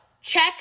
Check